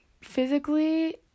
physically